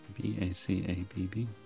B-A-C-A-B-B